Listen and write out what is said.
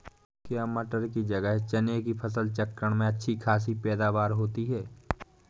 क्या मटर की जगह चने की फसल चक्रण में अच्छी खासी पैदावार होती है?